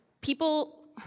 people